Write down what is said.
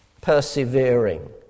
Persevering